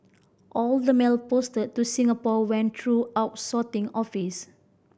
all the mail posted to Singapore went through our sorting office